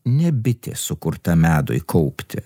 ne bitė sukurta medui kaupti